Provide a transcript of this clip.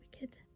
wicked